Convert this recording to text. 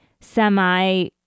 semi